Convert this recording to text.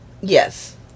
Yes